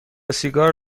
سیگار